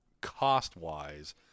cost-wise